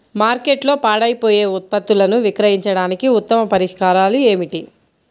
మార్కెట్లో పాడైపోయే ఉత్పత్తులను విక్రయించడానికి ఉత్తమ పరిష్కారాలు ఏమిటి?